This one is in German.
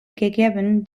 gegeben